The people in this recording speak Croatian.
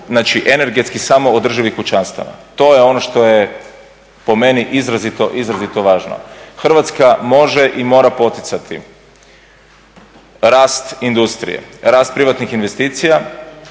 znači energetski samoodrživih kućanstava. To je ono što je po meni izrazito važno. Hrvatska može i mora poticati rast industrije, rast privatnih investicija